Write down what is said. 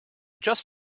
just